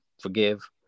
forgive